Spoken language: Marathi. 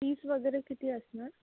फीस वगैरे किती असणार